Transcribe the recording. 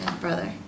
brother